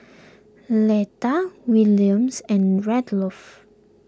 letter Williams and Rudolph